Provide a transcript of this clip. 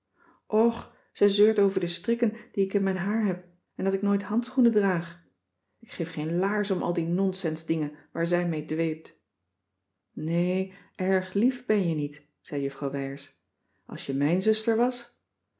och zij zeurt over de strikken die ik in mijn haar heb en dat ik nooit handschoenen draag ik geef geen laars om al die nonsensdingen waar zij mee dweept nee erg lief ben je niet zei juffrouw wijers als je mijn zuster was